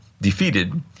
defeated